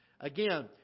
Again